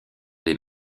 des